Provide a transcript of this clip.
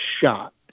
shot